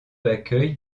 accueille